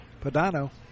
Padano